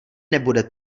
nebude